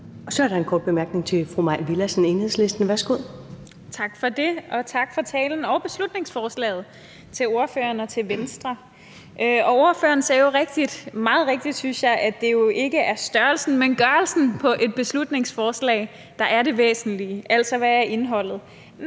Så er der en kort bemærkning til fru Mai Villadsen, Enhedslisten. Værsgo. Kl. 19:40 Mai Villadsen (EL): Tak for det og tak for talen og beslutningsforslaget til ordføreren og til Venstre. Ordføreren sagde jo meget rigtigt, synes jeg, at det jo ikke er størrelsen, men gørelsen i forhold til et beslutningsforslag, der er det væsentlige, altså hvad indholdet